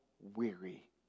weary